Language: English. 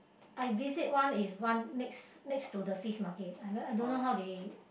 I visit one is one next next to the Fish Market I mean I don't know how they